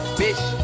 bitch